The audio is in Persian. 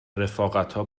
رفاقتا